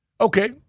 Okay